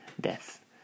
death